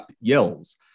yells